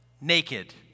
naked